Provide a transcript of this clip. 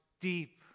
deep